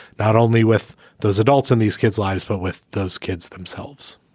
not only with those adults in these kids lives, but with those kids themselves.